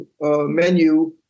menu